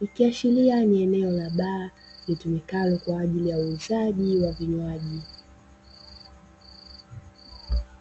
ikiashiria ni eneo la baa litumikalo kwa ajili ya uuzaji wa vinywaji.